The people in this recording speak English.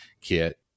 kit